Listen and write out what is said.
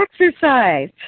exercise